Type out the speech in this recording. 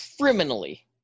Criminally